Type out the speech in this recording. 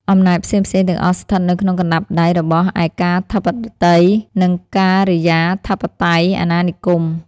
អំណាចផ្សេងៗទាំងអស់ស្ថិតនៅក្នុងកណ្តាប់ដៃរបស់ឯកាធិបតី និងការិយាធិបតេយ្យអាណានិគម។